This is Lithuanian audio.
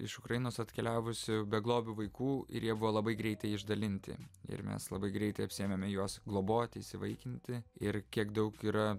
iš ukrainos atkeliavusių beglobių vaikų ir jie buvo labai greitai išdalinti ir mes labai greitai apsiėmėme juos globoti įsivaikinti ir kiek daug yra